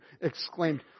exclaimed